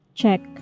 check